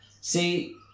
See